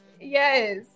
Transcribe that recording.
Yes